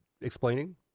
explaining